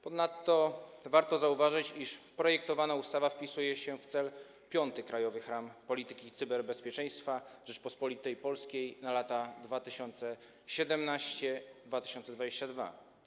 Ponadto warto zauważyć, iż projektowana ustawa wpisuje się w cel piąty „Krajowych ram polityki cyberbezpieczeństwa Rzeczypospolitej Polskiej na lata 2017-2022”